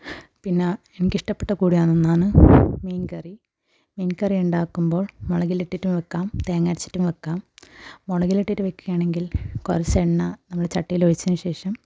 പിന്നെ എനിക്ക് ഇഷ്ടപ്പെട്ട കൂടിയൊന്നാണ് മീൻ കറി മീൻ കറിയുണ്ടാക്കുമ്പോൾ മുളകിലിട്ടിട്ടും വയ്ക്കാം തേങ്ങ അരച്ചിട്ടും വയ്ക്കാം മുളകിൽ ഇട്ടിട്ട് വയ്ക്കുകയാണെങ്കിൽ കുറച്ച് എണ്ണ നമ്മൾ ചട്ടിയിൽ ഒഴിച്ചതിന് ശേഷം